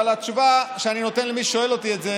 אבל התשובה שאני נותן למי ששואל אותי את זה